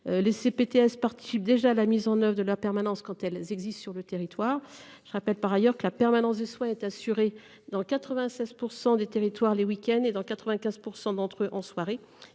Les CPTS participent déjà à la mise en oeuvre de la permanence des soins, quand elles existent sur le territoire. Je rappelle, par ailleurs, que la permanence des soins est assurée dans 96 % des territoires les week-ends et dans 95 % d'entre eux en soirée.